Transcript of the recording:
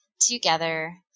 together